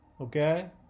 okay